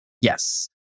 Yes